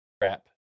crap